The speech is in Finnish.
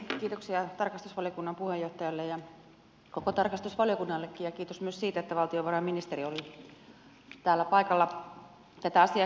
kiitoksia tarkastusvaliokunnan puheenjohtajalle ja koko tarkastusvaliokunnallekin ja kiitos myös siitä että valtiovarainministeri oli täällä paikalla tätä asiaa käsittelemässä